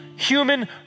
human